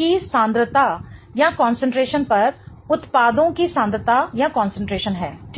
की सांद्रता पर उत्पादों की सांद्रता है ठीक है